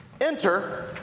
Enter